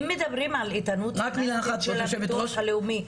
אם מדברים על איתנות פיננסית של הביטוח הלאומי,